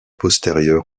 postérieurs